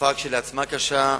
התופעה כשלעצמה קשה,